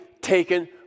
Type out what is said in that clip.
taken